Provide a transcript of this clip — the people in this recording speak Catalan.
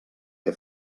que